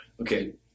Okay